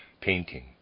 painting